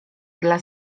dla